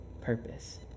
purpose